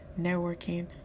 networking